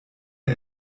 der